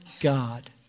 God